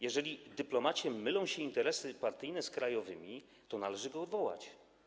Jeżeli dyplomacie mylą się interesy partyjne z krajowymi, to należy go odwołać.